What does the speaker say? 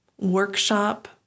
workshop